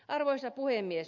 arvoisa puhemies